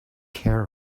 care